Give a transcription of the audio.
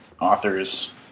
authors